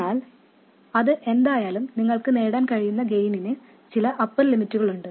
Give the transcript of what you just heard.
എന്നാൽ അത് എന്തായാലും നിങ്ങൾക്ക് നേടാൻ കഴിയുന്ന ഗെയിനിനു ചില അപ്പർ ലിമിറ്റുകളുണ്ട്